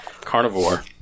carnivore